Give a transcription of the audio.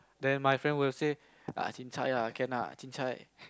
then my friend will say ah chincai can lah chincai